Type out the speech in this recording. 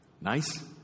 Nice